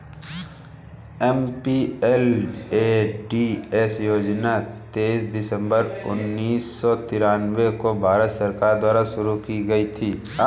MPLADS योजना तेईस दिसंबर उन्नीस सौ तिरानवे को भारत सरकार द्वारा शुरू की गयी थी